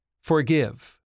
Forgive